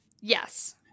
Yes